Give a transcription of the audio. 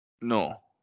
No